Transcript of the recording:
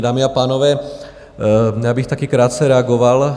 Dámy a pánové, já bych taky krátce reagoval.